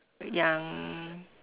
yang